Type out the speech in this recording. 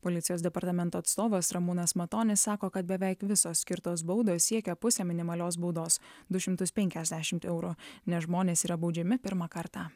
policijos departamento atstovas ramūnas matonis sako kad beveik visos skirtos baudos siekia pusę minimalios baudos du šimtus penkiasdešimt eurų nes žmonės yra baudžiami pirmą kartą